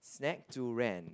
snack to rent